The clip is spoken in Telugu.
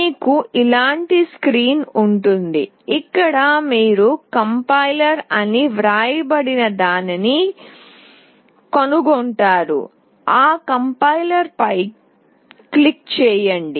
మీకు ఇలాంటి స్క్రీన్ ఉంటుంది ఇక్కడ మీరు కంపైలర్ అని వ్రాయబడినదాన్ని కనుగొంటారు ఆ కంపైలర్ పై క్లిక్ చేయండి